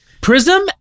Prism